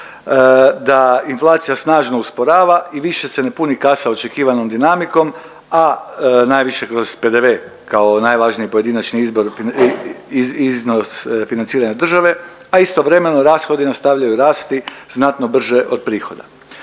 da inflacija snažno usporava i više se ne puni kasa očekivanom dinamikom, a najviše kroz PDV kao najvažniji pojedinačni izbor, iznos financiranja države, a istovremeno rashodi nastavljaju rasti znatno brže od prihoda.